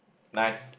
nice